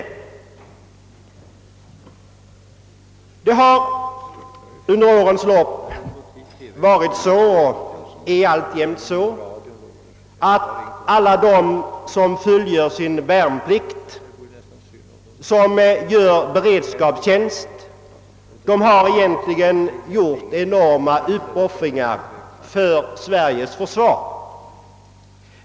Det har under årens lopp varit så och är alltjämt så att alla de som fullgör sin värnplikt eller gör beredskapstjänst egentligen gör enorma uppoffringar för Sveriges försvar.